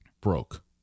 broke